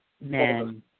men